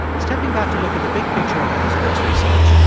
stepping back to look at the big picture of elizabeth's research,